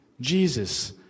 Jesus